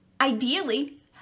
ideally